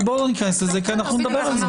בואו לא ניכנס לזה כי אנחנו נדבר על זה.